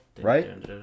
right